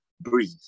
breathe